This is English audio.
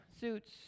suits